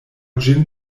ĝin